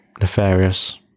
nefarious